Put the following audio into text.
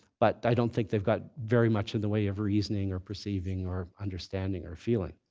but i don't think they've got very much in the way of reasoning or perceiving or understanding or feeling.